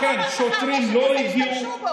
עכשיו אני אומרת לך,